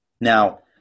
Now